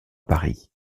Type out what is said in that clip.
paris